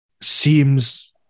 seems